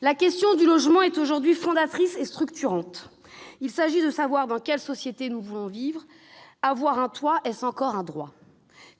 la question du logement est aujourd'hui fondatrice et structurante : il s'agit de savoir dans quelle société nous voulons vivre. Avoir un toit, est-ce encore un droit ?